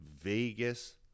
Vegas